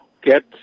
get